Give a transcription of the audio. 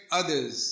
others